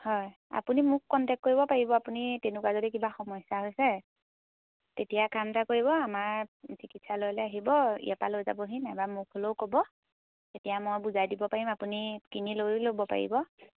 হয় আপুনি মোক কণ্টেক্ট কৰিব পাৰিব আপুনি তেনেকুৱা যদি কিবা সমস্যা হৈছে তেতিয়া কাম এটা কৰিব আমাৰ চিকিৎসালয়লৈ আহিব ইয়াৰপৰা লৈ যাবহি নাইবা মোক হ'লেও ক'ব তেতিয়া মই বুজাই দিব পাৰিম আপুনি কিনি লৈয়ো ল'ব পাৰিব